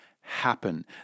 happen